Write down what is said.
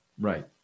Right